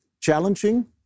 challenging